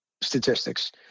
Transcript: statistics